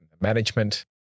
management